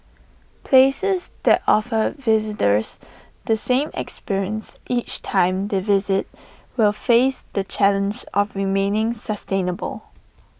places that offer visitors the same experience each time they visit will face the challenge of remaining sustainable